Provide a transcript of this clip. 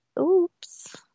Oops